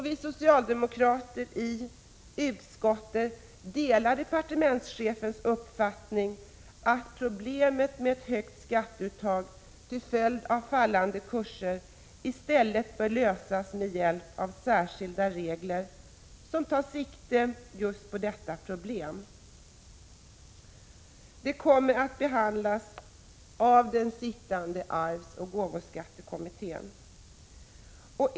Vi socialdemokrater i utskottet delar departementschefens uppfattning att problemet med högt skatteuttag till följd av fallande kurser i stället bör lösas med hjälp av särskilda regler som tar sikte just på detta problem. Detta kommer att behandlas av den sittande arvsoch gåvoskattekommittén.